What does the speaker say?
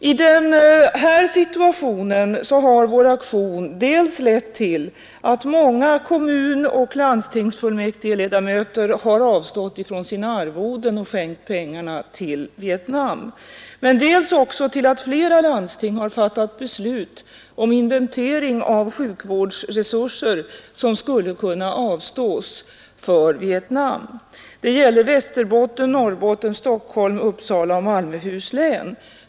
I den här situationen har vår aktion lett dels till att många kommunoch landstingsfullmäktigeledamöter har avstått från sina arvoden och skänkt pengarna till Vietnam, men dels också till att flera landsting har fattat beslut om inventering av sjukvårdsresurser som skulle kunna avstås till Vietnam. Det gäller Västerbottens, Norrbottens, Stockholms, Uppsala och Malmöhus län.